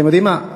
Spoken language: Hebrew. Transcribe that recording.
אתם יודעים מה?